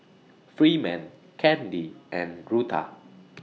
Freeman Candi and Rutha